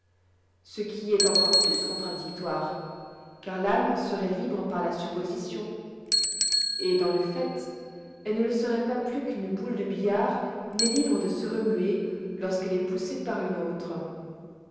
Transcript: ce qui est encore plus contradictoire car l'âme seroit libre par la supposition et dans le fait elle ne le seroit pas plus qu'une boule de billard n'est libre de se remuer lorsqu'elle est poussée par une autre